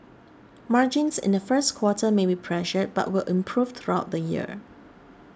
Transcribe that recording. margins in the first quarter may be pressured but will improve throughout the year